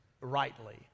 rightly